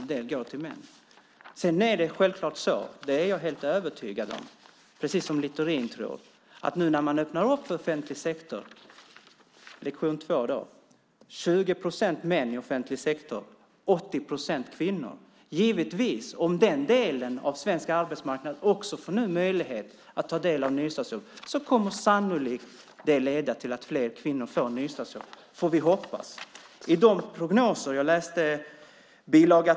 Det är 20 procent män och 80 procent kvinnor i offentlig sektor. Jag är helt övertygad om, precis som Littorin tror, att när man nu öppnar upp offentlig sektor så att också den delen av svensk arbetsmarknad får möjlighet att ta del av nystartsjobben kommer det att leda till att fler kvinnor får nystartsjobb - får vi hoppas. Jag läste bil.